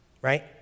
right